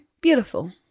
beautiful